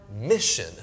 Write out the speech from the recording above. mission